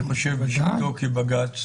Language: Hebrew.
אני חושב בשבתו כבג"ץ,